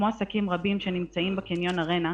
כמו עסקים רבים שנמצאים בקניון ארנה,